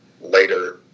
later